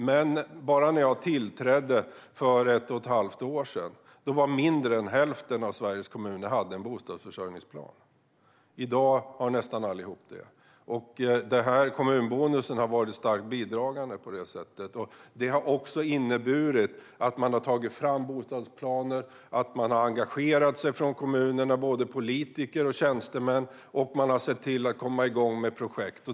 Men när jag tillträdde för ett och ett halvt år sedan hade mindre än hälften av Sveriges kommuner en bostadsförsörjningsplan. I dag har nästan alla det. Kommunbonusen har varit starkt bidragande till det. Det har också inneburit att kommunerna har tagit fram bostadsplaner och att både politiker och tjänstemän har engagerat sig och sett till att komma igång med projekt.